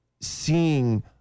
seeing